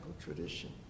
tradition